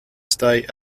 stay